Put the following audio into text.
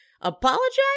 apologize